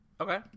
Okay